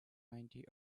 ninety